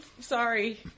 sorry